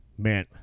Man